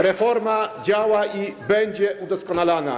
Reforma działa i będzie udoskonalana.